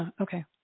Okay